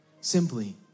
simply